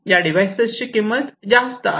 या डिव्हाइसेसची किंमत जास्त आहे